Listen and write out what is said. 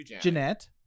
Jeanette